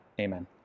Amen